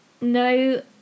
no